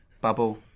bubble